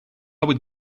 would